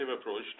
approach